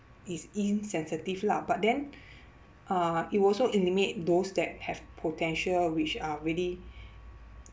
is insensitive lah but then uh it will also eliminate those that have potential which are really